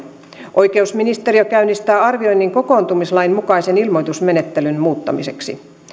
oikeusministeriö käynnistää arvioinnin kokoontumislain mukaisen ilmoitusmenettelyn muuttamiseksi